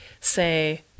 say